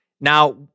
Now